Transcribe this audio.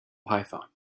python